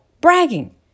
bragging